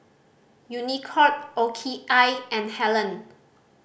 Unicurd O K I and Helen